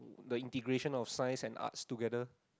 the integration of science and art together